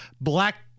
Black